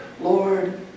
Lord